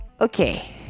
Okay